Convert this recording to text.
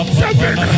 seven